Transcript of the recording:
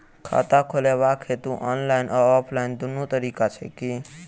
खाता खोलेबाक हेतु ऑनलाइन आ ऑफलाइन दुनू तरीका छै की?